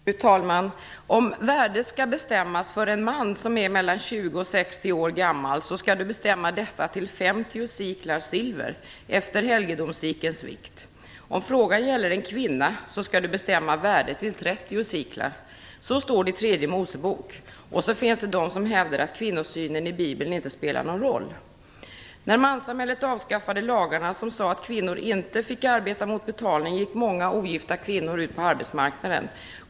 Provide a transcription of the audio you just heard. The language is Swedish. Fru talman! "Om värdet skall bestämmas för en man som är mellan tjugo och sextio år gammal, så skall du bestämma detta till femtio siklar silver, efter helgedomssikelns vikt. Om frågan gäller en kvinna, så skall du bestämma värdet till trettio siklar." Så står det i Tredje Moseboken. Och så finns det de som hävdar att kvinnosynen i Bibeln inte spelar någon roll. När manssamhället avskaffade de lagar som sade att kvinnor inte fick arbeta mot betalning, gick många ogifta kvinnor ut på arbetsmarknaden.